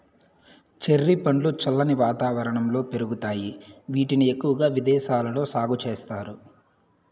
cherry పండ్లు చల్లని వాతావరణంలో పెరుగుతాయి, వీటిని ఎక్కువగా విదేశాలలో సాగు చేస్తారు